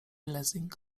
lessing